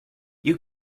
you